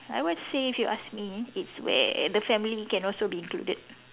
I would say if you ask me it's where the family can also be included